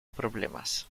problemas